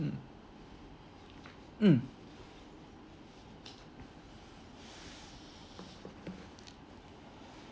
mm mm